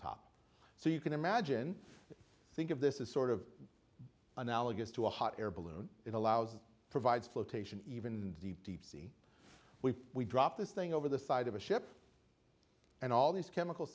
top so you can imagine think of this is sort of analogous to a hot air balloon that allows provides floatation even deep deep sea we drop this thing over the side of a ship and all these chemical